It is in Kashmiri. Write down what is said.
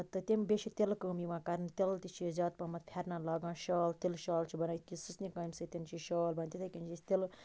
تہٕ تِم بیٚیہِ چھِ تِلہٕ کٲم یِوان کَرنہٕ تِلہٕ تہِ چھِ زیاد پَہمَتھ پھیٚرنَن لاگان شال تِلہٕ شال چھِ بَنٲوِتھ یِتھ کنۍ سٕژنہِ کامہِ سۭتۍ چھِ شال بَنان تِتھے کنی چھِ أسۍ تِلہٕ